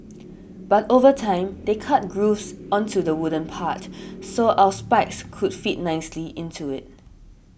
but over time they cut grooves onto the wooden part so our spikes could fit nicely into it